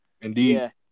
Indeed